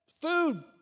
food